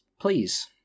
Please